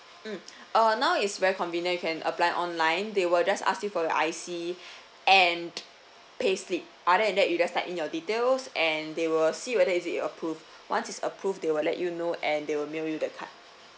mm uh now is very convenient you can apply online they will just ask you for your I_C and payslip other than that you just type in your details and they will see whether if it is approve once it's approved they will let you know and they will mail you the card